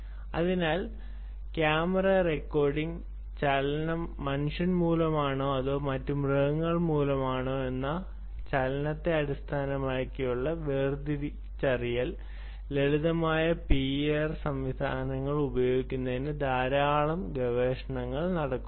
അതിനാൽ camera recording ചലനം മനുഷ്യർ മൂലമാണോ അതോ മറ്റ് മൃഗങ്ങൾ മൂലമാണോ എന്ന ചലനത്തെ അടിസ്ഥാനപരമായി വേർതിരിച്ചറിയാൻ ലളിതമായ PIR സംവിധാനങ്ങൾ ഉപയോഗിക്കുന്നതിന് ധാരാളം ഗവേഷണങ്ങൾ നടക്കുന്നു